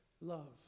love